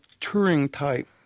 Turing-type